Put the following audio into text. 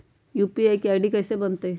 UPI के ID कैसे बनतई?